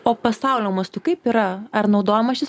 o pasaulio mastu kaip yra ar naudojamas šis